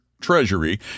treasury